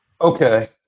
okay